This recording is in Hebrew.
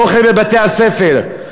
אוכל בבתי-הספר.